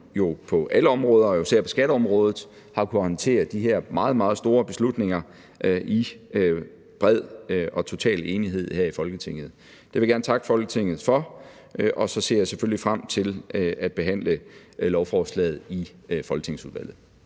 på alle områder og især på skatteområdet har kunnet håndtere de her meget, meget store beslutninger i bred og total enighed her i Folketinget. Det vil jeg gerne takke Folketinget for, og så ser jeg selvfølgelig frem til at behandle lovforslaget i Skatteudvalget.